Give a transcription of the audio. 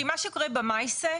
כי מה שקורה במעשה,